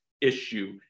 issue